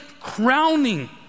crowning